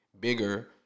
bigger